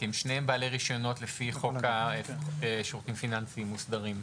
כי שניהם בעלי רישיונות לפי חוק השירותים הפיננסיים המוסדרים.